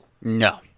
No